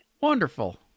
Wonderful